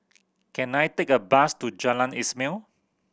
can I take a bus to Jalan Ismail